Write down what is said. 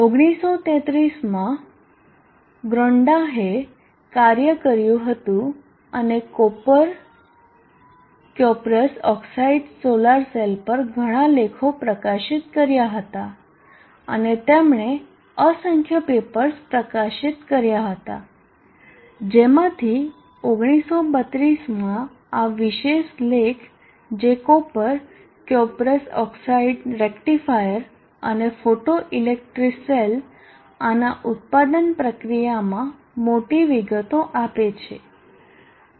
1933 માં ગ્રોન્ડાહએ કામ કર્યું હતું અને copper cuprous oxide solar cell પર ઘણા લેખો પ્રકાશિત કર્યા હતા અને તેમણે અસંખ્ય પેપર્સ પ્રકાશિત કર્યા હતા જેમાંથી 1932માં આ વિશેષ લેખ જે કોપર ક્યોપરસ ઓકસાઈડ રેક્ટિફાયર અને ફોટોઇલેક્ટ્રિક સેલ આના ઉત્પાદન પ્રક્રિયામાં મોટી વિગતો આપે છે